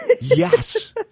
Yes